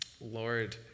Lord